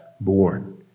born